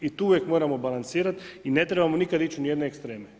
I tu uvijek moramo balansirat i ne trebamo nikad ići ni u jedne ekstreme.